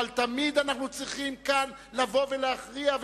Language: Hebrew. אבל תמיד אנחנו צריכים כאן לבוא ולהכריע,